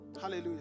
Hallelujah